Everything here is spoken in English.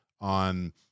on